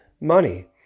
money